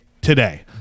today